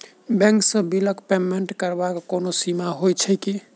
Bank सँ बिलक payment करबाक कोनो सीमा सेहो छैक की?